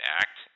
act